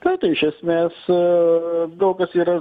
na tai iš esmės daug kas yra